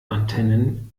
antennen